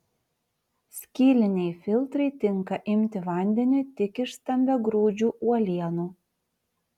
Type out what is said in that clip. skyliniai filtrai tinka imti vandeniui tik iš stambiagrūdžių uolienų